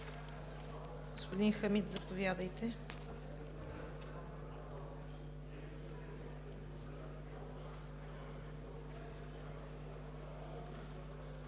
Господин Хамид, заповядайте.